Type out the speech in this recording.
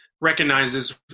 recognizes